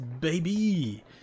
baby